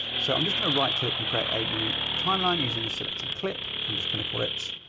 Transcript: so i'm just going to right click and create eight new timeline using the selected clip. i'm just going to call it,